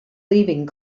leaving